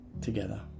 together